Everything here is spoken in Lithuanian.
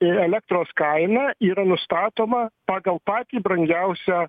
ir elektros kaina yra nustatoma pagal patį brangiausią